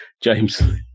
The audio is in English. James